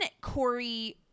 Corey